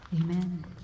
Amen